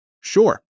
Sure